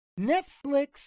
Netflix